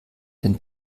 den